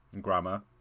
grammar